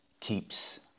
keeps